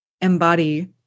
embody